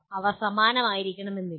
അവ സമാനമായിരിക്കണമെന്നില്ല